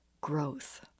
growth